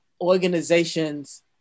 organizations